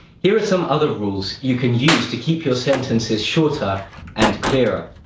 here are some other rules you can use to keep your sentences shorter and clearer.